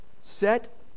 set